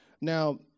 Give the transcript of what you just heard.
Now